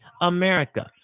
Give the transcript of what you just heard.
America